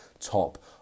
top